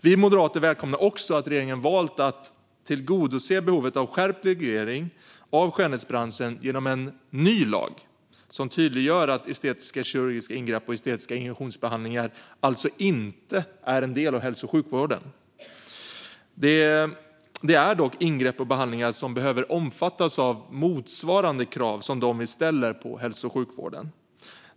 Vi välkomnar också att regeringen har valt att tillgodose behovet av skärpt reglering av skönhetsbranschen genom en ny lag som tydliggör att estetiska kirurgiska ingrepp och estetiska injektionsbehandlingar inte är en del av hälso och sjukvården. De är dock ingrepp och behandlingar som behöver omfattas av motsvarande krav som dem vi ställer på hälso och sjukvården.